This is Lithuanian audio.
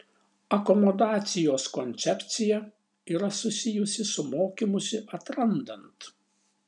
akomodacijos koncepcija yra susijusi su mokymusi atrandant